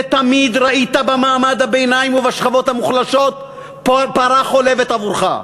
ותמיד ראית במעמד הביניים ובשכבות המוחלשות פרה חולבת עבורך.